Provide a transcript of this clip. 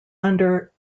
under